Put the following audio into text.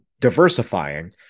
diversifying